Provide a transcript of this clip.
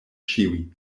ĉiuj